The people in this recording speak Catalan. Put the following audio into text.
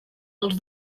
els